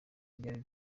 ryari